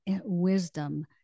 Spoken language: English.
wisdom